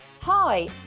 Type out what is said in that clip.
hi